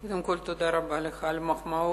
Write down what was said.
קודם כול, תודה רבה לך על המחמאות.